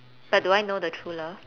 but do I know the true love